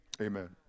Amen